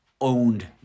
owned